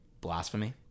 blasphemy